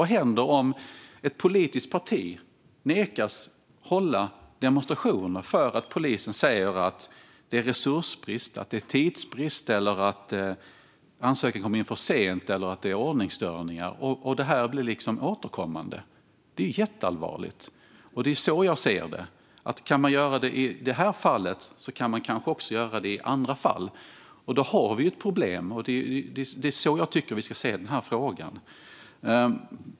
Vad händer om ett politiskt parti nekas att hålla demonstrationer för att polisen säger att det är resursbrist eller tidsbrist eller att ansökan kom in för sent eller att det är ordningsstörningar, och detta blir återkommande? Det är jätteallvarligt. Kan man göra det i det här fallet kan man kanske också göra det i andra fall, och då har vi ett problem. Det är så jag tycker att man ska se den här frågan.